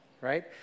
right